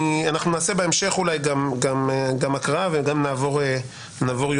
נעשה בהמשך גם הקראה וגם נעבור סעיף-סעיף.